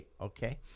Okay